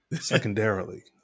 Secondarily